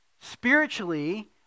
spiritually